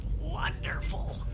wonderful